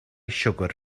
siwgr